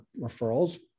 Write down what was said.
referrals